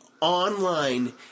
online